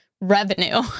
revenue